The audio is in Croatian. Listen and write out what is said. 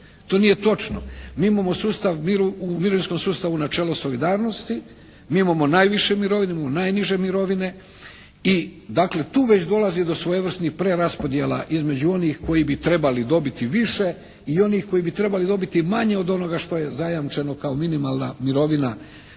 To nije točno. Mi imamo u mirovinskom sustavu načelo solidarnosti, mi imamo najviše mirovine, mi imamo najniže mirovine i dakle tu već dolazi do svojevrsnih preraspodjela između onih koji bi trebali dobiti više i onih koji bi trebali dobiti manje od onoga što je zajamčeno kao minimalna mirovina